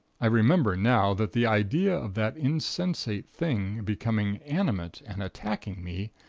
i remember now, that the idea of that insensate thing becoming animate, and attacking me,